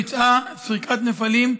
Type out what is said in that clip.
ביצעה סריקות נפלים,